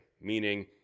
Meaning